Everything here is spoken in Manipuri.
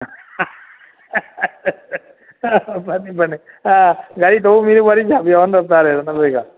ꯐꯅꯤ ꯐꯅꯤ ꯒꯥꯔꯤ ꯊꯧꯕ ꯃꯤꯗꯤ ꯋꯥꯔꯤ ꯁꯥꯕ ꯌꯥꯎꯍꯟꯗꯕ ꯇꯥꯔꯦꯗꯅ ꯑꯗꯨ ꯑꯣꯏꯔꯒ